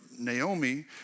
Naomi